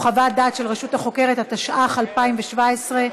התשע"ח 2017,